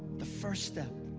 the first step